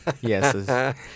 Yes